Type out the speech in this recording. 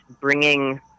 bringing